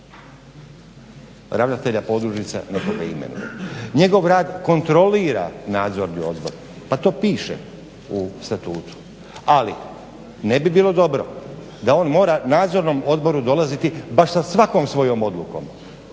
ravnatelja podružnice nekoga imenuje. Njegov rad kontrolira Nadzorni odbor. Pa to piše u Statutu. Ali ne bi bilo dobro da on mora Nadzornom odboru dolaziti baš sa svakom svojom odlukom